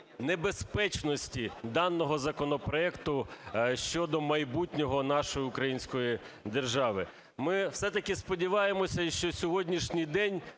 небезпечності даного законопроекту щодо майбутнього нашої української держави. Ми все-таки сподіваємося, що сьогоднішній день,